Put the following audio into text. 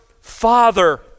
Father